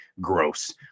gross